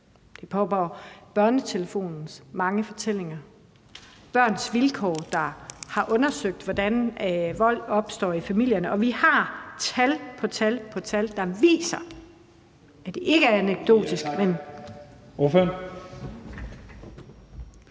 Det handler om BørneTelefonens mange fortællinger. Vi har Børns Vilkår, der har undersøgt, hvordan vold opstår i familierne, og vi har tal på tal, der viser, at det ikke er anekdotisk,